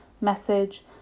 message